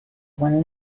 when